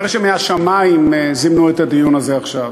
כנראה מהשמים זימנו את הדיון הזה עכשיו,